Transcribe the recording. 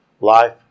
life